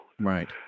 Right